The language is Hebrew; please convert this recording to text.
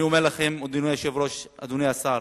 אני אומר לכם, אדוני היושב-ראש, אדוני השר,